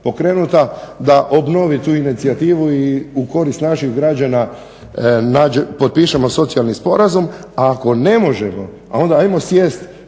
da obnovi tu inicijativu i u korist naših građana potpišemo socijalni sporazum. A ako ne možemo onda ajmo sjesti